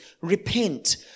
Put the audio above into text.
Repent